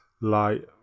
Light